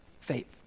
faith